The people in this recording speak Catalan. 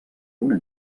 una